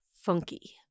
funky